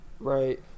Right